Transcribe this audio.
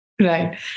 right